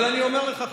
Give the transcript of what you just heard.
אבל אני אומר לך,